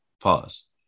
Pause